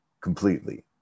completely